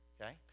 okay